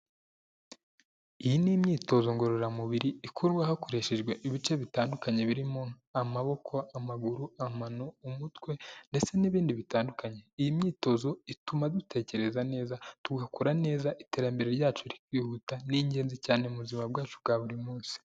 Iyi ni imyitozo ngororamubiri ikorwa hakoreshejwe ibice bitandukanye birimo amaboko, amaguru, amano, umutwe ndetse n'ibindi bitandukanye. Iyi myitozo, ituma dutekereza neza, tugakora neza, iterambere ryacu rikihuta. Ni ingenzi cyane mu buzima bwacu bwa buri munsi.